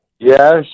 Yes